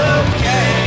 okay